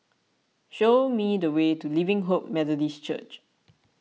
show me the way to Living Hope Methodist Church